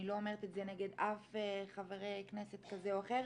אני לא אומרת את זה נגד אף חבר כנסת כזה או אחר.